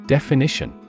Definition